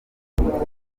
musenyeri